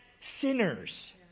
sinners